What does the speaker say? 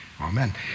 Amen